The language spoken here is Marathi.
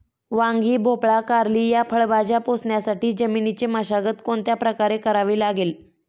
वांगी, भोपळा, कारली या फळभाज्या पोसण्यासाठी जमिनीची मशागत कोणत्या प्रकारे करावी लागेल?